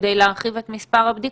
כדי להרחיב את מספר הבדיקות,